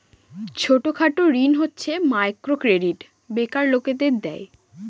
ছোট খাটো ঋণ হচ্ছে মাইক্রো ক্রেডিট বেকার লোকদের দেয়